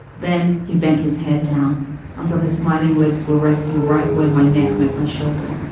then he bent his head down until his smiling lips were resting. right where my neck met my shoulder.